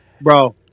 bro